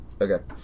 Okay